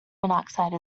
monoxide